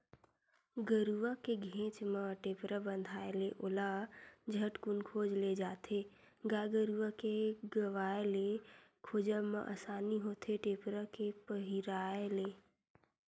गरुवा के घेंच म टेपरा बंधाय ले ओला झटकून खोज ले जाथे गाय गरुवा के गवाय ले खोजब म असानी होथे टेपरा के पहिराय ले